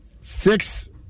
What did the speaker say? six